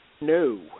No